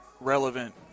relevant